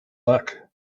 luck